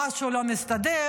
משהו לא מסתדר,